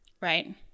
Right